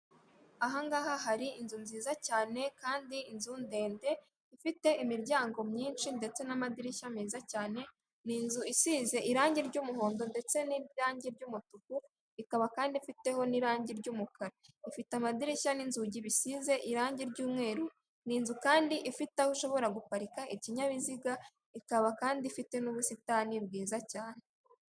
Ahangaha hari inzu nziza cyane kandi inzu ndende ifite imiryango myinshi ndetse n'amadirishya meza cyane ni inzu isize irangi ry'umuhondo ndetse n'ibyanjye by'umutuku ikaba kandi ifiteho n'irangi ry'umukara ifite amadirishya n'inzugi bisize irangi ry'umweru ni inzu kandi ifite aho ushobora guparika ikinyabiziga ikaba kandi ifite n'ubusitani bwiza cyane.